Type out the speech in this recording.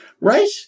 right